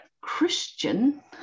Christian